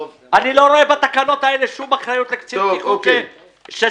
אני לא רואה בתקנות האלה שום אחריות לקצין בטיחות שסרח.